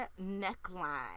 neckline